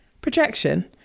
projection